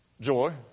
Joy